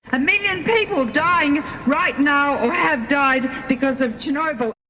a million people dying right now, or have died, because of chernobyl.